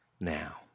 now